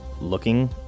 looking